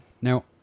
Now